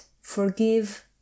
forgive